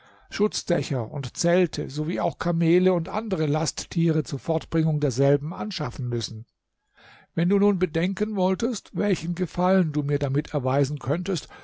schutzdächer und zelte sowie auch kamele und andere lasttiere zur fortbringung derselben anschaffen müssen wenn du nun bedenken wolltest welchen gefallen du mir damit erweisen könntest